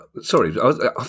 sorry